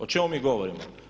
O čemu mi govorimo?